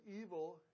evil